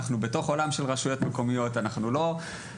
אנחנו נמצאים בתוך עולם של רשויות מקומיות; אנחנו לא מחריגים.